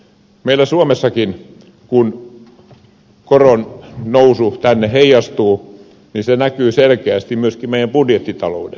kun meille tänne suomeenkin koronnousu heijastuu se näkyy selkeästi myöskin meidän budjettitaloudessa